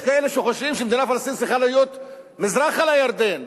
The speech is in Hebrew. יש כאלה שחושבים שמדינה פלסטינית צריכה להיות מזרחה לירדן,